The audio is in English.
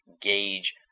gauge